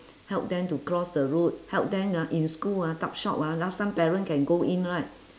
help them to cross the road help them ah in school ah tuck shop ah last time parent can go in right